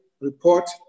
report